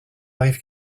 arrive